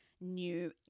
new